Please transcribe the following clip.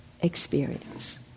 experience